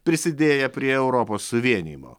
prisidėję prie europos suvienijimo